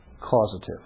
causative